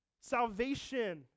salvation